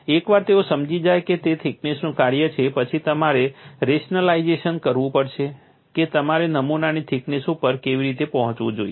એકવાર તેઓ સમજી જાય કે તે થિકનેસનું કાર્ય છે પછી તમારે રેશનલાઇઝેશન કરવું પડશે કે તમારે નમૂનાની થિકનેસ ઉપર કેવી રીતે પહોંચવું જોઈએ